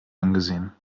angesehen